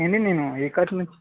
ఏండి నేను ఏకట్ నుం